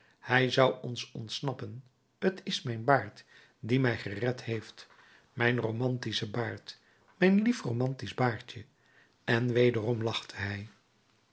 hij zou ons ontsnappen t is mijn baard die mij gered heeft mijn romantische baard mijn lief romantisch baardje en wederom lachte hij